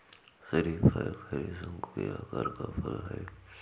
शरीफा एक हरे, शंकु के आकार का फल है